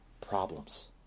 problems